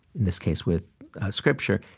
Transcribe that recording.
in this case, with scripture,